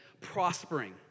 prospering